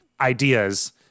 ideas